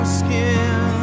skin